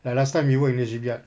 like last time you work in a shipyard